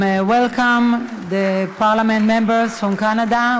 Welcome, the Parliament members from Canada.